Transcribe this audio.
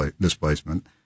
displacement